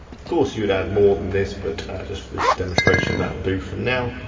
of course you would add more than this, but just for this demonstration that'll do for now.